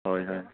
হয় হয়